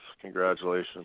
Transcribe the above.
Congratulations